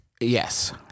Yes